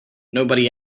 nobody